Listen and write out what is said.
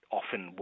often